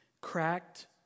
Cracked